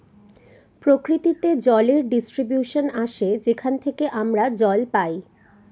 প্রকৃতিতে জলের ডিস্ট্রিবিউশন আসে যেখান থেকে আমরা জল পাই